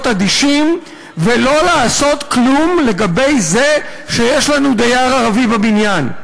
אדישים ולא לעשות כלום לגבי זה שיש לנו דייר ערבי בבניין.